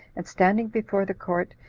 and standing before the court,